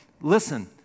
listen